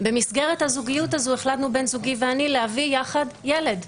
במסגרת הזוגיות הזו החלטנו בן זוגי ואני להביא יחד ילד.